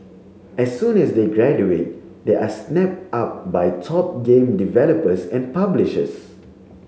as soon as they graduate they are snapped up by top game developers and publishers